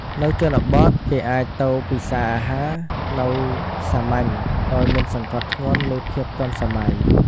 នៅជនបទគេអាចទៅពិសារអាហារនៅសាមញ្ញ ដោយមិនសង្កត់ធ្ងន់លើភាពទាន់សម័យ។